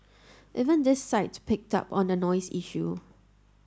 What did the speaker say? even this site picked up on the noise issue